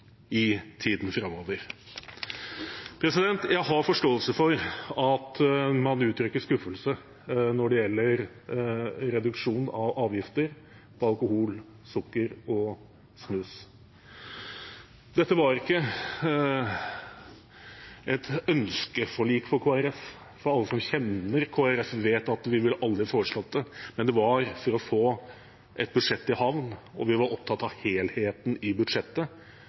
i tiden framover. Jeg har forståelse for at man uttrykker skuffelse når det gjelder reduksjon av avgifter på alkohol, sukker og snus. Dette var ikke et ønskeforlik for Kristelig Folkeparti. Alle som kjenner Kristelig Folkeparti, vet at vi ville aldri foreslått det. Det var for å få et budsjett i havn – og vi var opptatt av helheten i budsjettet,